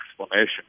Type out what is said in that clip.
explanation